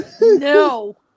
No